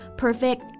perfect